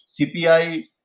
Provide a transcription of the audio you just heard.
CPI